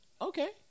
Okay